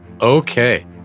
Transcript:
okay